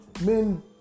men